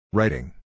Writing